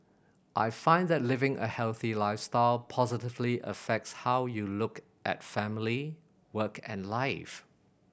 I find that living a healthy lifestyle positively affects how you look at family work and life